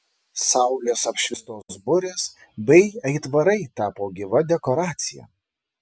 saulės apšviestos burės bei aitvarai tapo gyva dekoracija